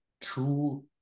true